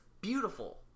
beautiful